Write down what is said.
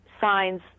signs